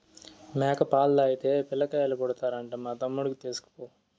మేక పాలు తాగితే పిల్లకాయలు పుడతారంట మా తమ్ముడికి తీస్కపో